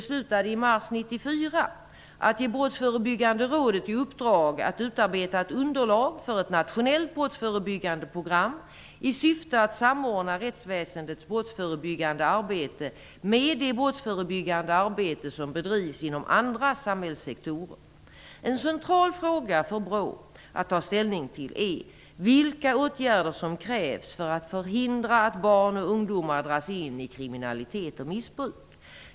att ge Brottsförebyggande rådet i uppdrag att utarbeta ett underlag för ett nationellt brottsförebyggande program i syfte att samordna rättsväsendets brottsförebyggande arbete med det brottsförebyggande arbete som bedrivs inom andra samhällssektorer. En central fråga för BRÅ att ta ställning till är vilka åtgärder som krävs för att förhindra att barn och ungdomar dras in i kriminalitet och missbruk.